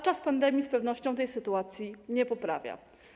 Czas pandemii z pewnością tej sytuacji nie poprawia.